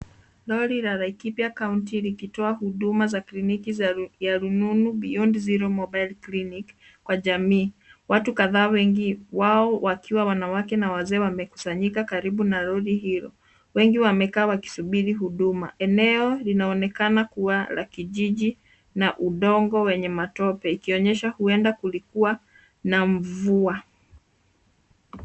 Lori la Laikipia County likitoa huduma za kliniki ya rununu Beyond zero mobile clinic kwa jamii. Watu kadhaa wengi wao wakiwa wanawake na wazee wamekusanyika karibu na lori hilo wengi wamekaa wakisubiri huduma. Eneo linaonekana kuwa la kijiji na udongo wenye matope ikionyesha huenda kulikua na mvua.